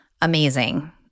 amazing